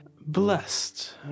blessed